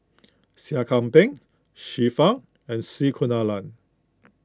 Seah Kian Peng Xiu Fang and C Kunalan